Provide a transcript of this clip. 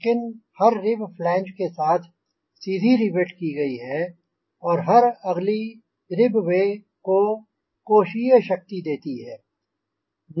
skin हर rib flange के साथ सीधी रिवेट की गयी है और हर अगली रिब बे को कोषीय शक्ति देती है